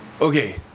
Okay